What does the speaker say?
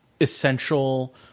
essential